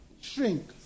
shrink